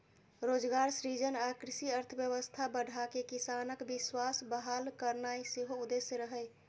रोजगार सृजन आ कृषि अर्थव्यवस्था बढ़ाके किसानक विश्वास बहाल करनाय सेहो उद्देश्य रहै